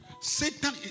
Satan